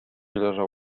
leżał